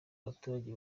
abaturage